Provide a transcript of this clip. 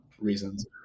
reasons